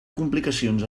complicacions